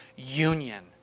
union